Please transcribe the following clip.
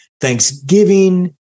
Thanksgiving